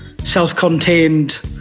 Self-contained